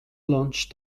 launched